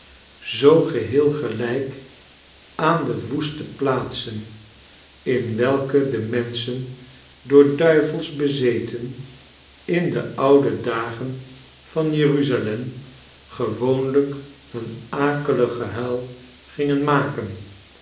zoo geheel gelijk aan de woeste plaatsen in welke de menschen door duivels bezeten in de oude dagen van jeruzalem gewoonlijk hun akelig gehuil gingfen maken